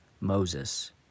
Moses